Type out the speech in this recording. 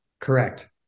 Correct